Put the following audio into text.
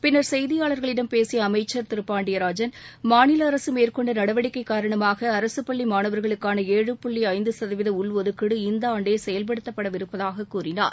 பின்னா் செய்தியாளா்களிடம் பேசிய அமைச்சா் திரு பாண்டியராஜன் மாநில அரசு மேற்கொண்ட நடவடிக்கை காரணமாக அரசு பள்ளி மாணவர்களுக்கான ஏழு புள்ளி ஐந்து சதவீத உள் ஒதுக்கீடு இந்த ஆண்டே செயல்படுத்தப்படவிருப்பதாக கூறினார்